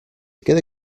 quede